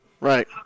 Right